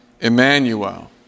Emmanuel